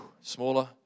smaller